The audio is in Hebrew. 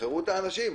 תשחררו את האנשים.